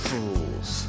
Fools